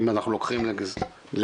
אם אנחנו לוקחים לדוגמא,